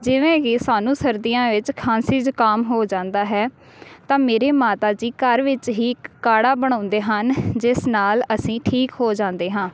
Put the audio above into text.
ਜਿਵੇਂ ਕਿ ਸਾਨੂੰ ਸਰਦੀਆਂ ਵਿੱਚ ਖਾਂਸੀ ਜ਼ੁਕਾਮ ਹੋ ਜਾਂਦਾ ਹੈ ਤਾਂ ਮੇਰੇ ਮਾਤਾ ਜੀ ਘਰ ਵਿੱਚ ਹੀ ਇੱਕ ਕਾੜਾ ਬਣਾਉਂਦੇ ਹਨ ਜਿਸ ਨਾਲ ਅਸੀਂ ਠੀਕ ਹੋ ਜਾਂਦੇ ਹਾਂ